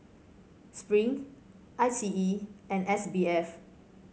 Spring I T E and S B F